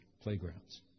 playgrounds